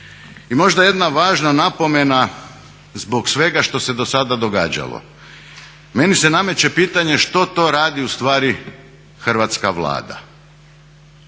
I možda jedna važna napomena zbog svega što se do sada događalo. Meni se nameće pitanje što to radi ustvari hrvatska Vlada.